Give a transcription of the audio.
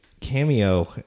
cameo